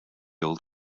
old